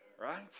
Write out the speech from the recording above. Right